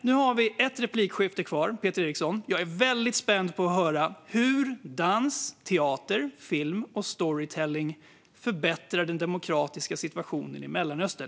Nu har Peter Eriksson ett inlägg kvar. Jag är väldigt spänd på att höra ditt svar på hur dans, teater, film och storytelling förbättrar den demokratiska situationen i Mellanöstern.